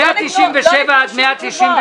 מיעוט נמנעים,